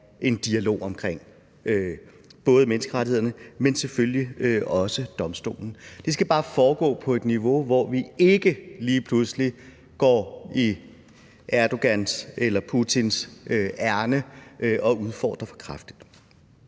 en dialog om både menneskerettighederne, men selvfølgelig også domstolen. Det skal bare foregå på et niveau, hvor vi ikke lige pludselig går Erdogans eller Putins ærinde og udfordrer for kraftigt.